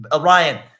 Ryan